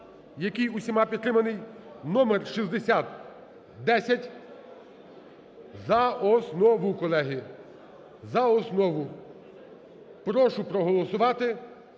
який усіма підтриманий, номер 6010, за основу, колеги. За основу. Прошу проголосувати,